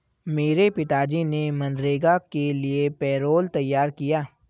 मेरे पिताजी ने मनरेगा के लिए पैरोल तैयार किया